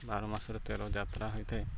ବାରମାସରେ ତେରଯାତ୍ରା ହୋଇଥାଏ